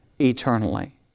eternally